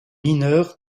mineure